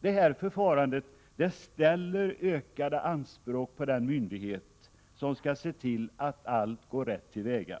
Detta förfarande ställer ökade anspråk på den myndighet som skall se till att allt går rätt till.